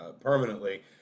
permanently